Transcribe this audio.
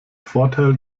vorteil